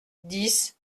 dix